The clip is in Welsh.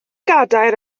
gadair